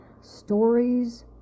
stories